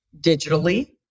digitally